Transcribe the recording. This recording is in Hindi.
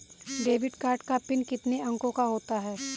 डेबिट कार्ड का पिन कितने अंकों का होता है?